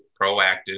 proactive